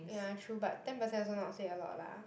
ya true but ten percent also not say a lot lah